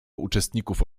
uczestników